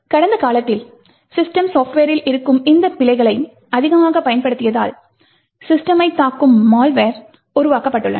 கடந்த காலத்தில் சிஸ்டம் சாப்ட்வேரில் இருக்கும் இந்த பிழைகளை அதிகமாக பயன்படுத்தியதால் சிஸ்டமை தாக்கும் மால்வெர் உருவாக்கப்பட்டுள்ளன